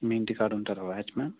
మీ ఇంటి కాడ ఉంటారా వాచ్మ్యాన్